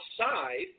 outside